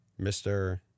Mr